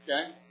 Okay